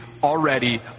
already